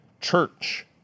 church